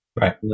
right